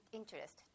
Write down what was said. interest